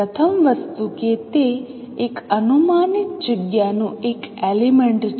પ્રથમ વસ્તુ કે તે એક અનુમાનિત જગ્યાનું એક એલિમેન્ટ છે